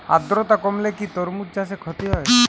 আদ্রর্তা কমলে কি তরমুজ চাষে ক্ষতি হয়?